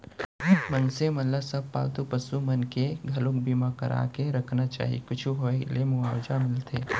मनसे मन ल सब पालतू पसु मन के घलोक बीमा करा के रखना चाही कुछु होय ले मुवाजा मिलथे